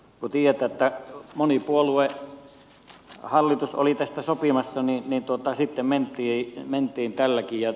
kun tiedetään että monipuoluehallitus oli tästä sopimassa niin sitten mentiin tälläkin